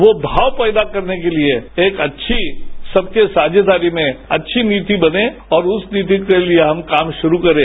वो भाव पैदा करने के लिए एक अच्छी सबकी साझेदारी में अच्छी नीति बने और उस नीति के लिए हम काम शुरू करे